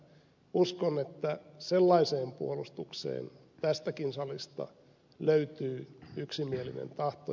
uskon että sellaiseen puolustukseen tästäkin salista löytyy yksimielinen tahto